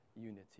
unity